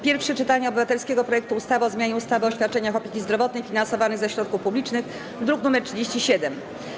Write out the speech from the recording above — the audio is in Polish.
Pierwsze czytanie obywatelskiego projektu ustawy o zmianie ustawy o świadczeniach opieki zdrowotnej finansowanych ze środków publicznych, druk nr 37.